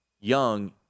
Young